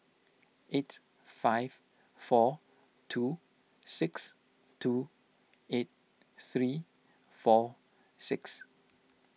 eight five four two six two eight three four six